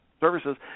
Services